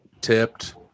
tipped